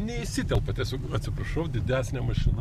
neįsitelpa tiesiog atsiprašau didesnė mašina